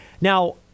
Now